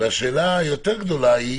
השאלה הגדולה יותר היא: